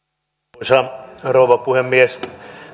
arvoisa rouva puhemies